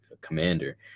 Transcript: commander